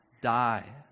die